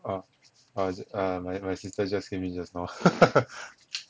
ah ah ah my my sister just came in just now